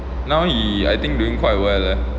now he I think doing quite well ah